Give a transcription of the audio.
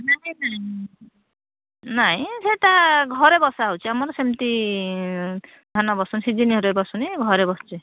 ନାଇଁ ନାଇଁ ନାଇଁ ସିଏ ତା ଘରେ ବସାହେଉଛି ଆମର ସେମିତି ଧାନ ସିଜିନ୍ ଘରେ ଵସୁନି ଘରେ ବସୁଛି